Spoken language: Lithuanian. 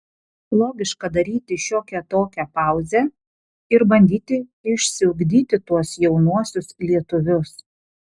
logiška daryti šiokią tokią pauzę ir bandyti išsiugdyti tuos jaunuosius lietuvius